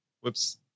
Whoops